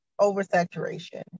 oversaturation